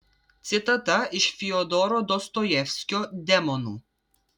citata iš fiodoro dostojevskio demonų